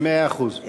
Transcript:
מאה אחוז.